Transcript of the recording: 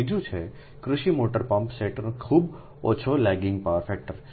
ત્રીજું છે કૃષિ મોટર પમ્પ સેટનો ખૂબ ઓછો લેગિંગ પાવર ફેક્ટર